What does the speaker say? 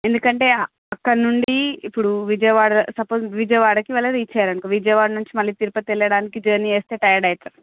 ఎందుకంటే అక్కడి నుండి ఇప్పుడు విజయవాడ సప్పొజ్ విజయవాడకి అలా రీచ్ అయ్యారనుకో విజయవాడ నుంచి మళ్ళీ తిరుపతి వెళ్ళడానికి జర్నీ చేస్తే టైడ్ అయితారు